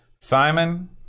Simon